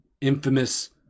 infamous